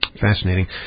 Fascinating